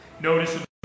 Notice